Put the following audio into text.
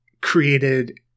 created